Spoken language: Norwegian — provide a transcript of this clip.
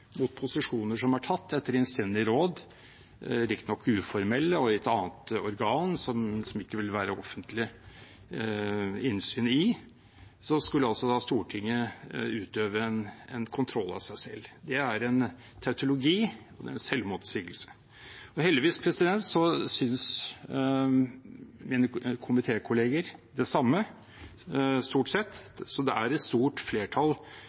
mot posisjoner som er tatt etter innstendig råd, riktignok uformelle og i et annet organ, som det ikke vil være offentlig innsyn i. Da skulle altså Stortinget utøve en kontroll av seg selv. Det er en tautologi og en selvmotsigelse. Heldigvis synes mine komitékolleger det samme, stort sett, så det er et stort flertall